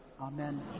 Amen